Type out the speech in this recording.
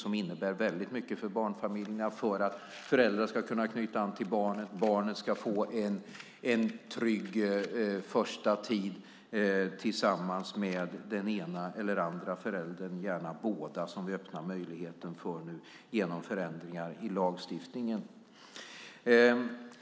Den innebär väldigt mycket för barnfamiljerna, för att föräldrar ska kunna knyta an till barnet och barnet ska få en trygg första tid tillsammans med den ena eller andra föräldern - gärna båda, vilket vi öppnar möjligheten för nu genom förändringar i lagstiftningen.